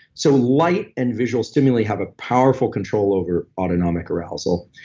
so light and visual stimuli have a powerful control over autonomic arousal,